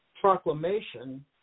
Proclamation